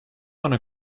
ana